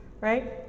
right